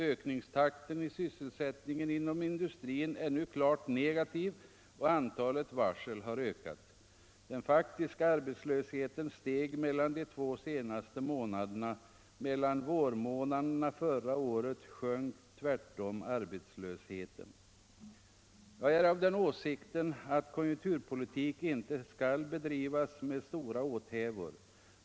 Ökningstakten i sysselsättningen inom industrin är nu klart negativ, och antalet varsel har ökat. Den faktiska arbetslösheten steg mellan de två senaste månaderna. Mellan vårmånaderna förra året sjönk tvärtom arbetslösheten. Jag är av den åsikten att konjunkturpolitik inte skall bedrivas med stora åthävor.